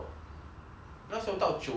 那时候到九十公斤